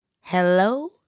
hello